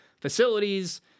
facilities